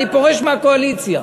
אני פורש מהקואליציה.